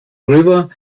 river